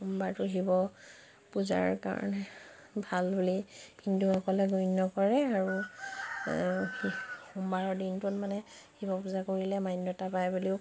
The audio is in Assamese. সোমবাৰটো শিৱ পূজাৰ কাৰণে ভাল বুলি হিন্দুসকলে গণ্য কৰে আৰু সোমবাৰৰ দিনটোত মানে শিৱ পূজা কৰিলে মান্যতা পায় বুলিও